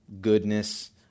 goodness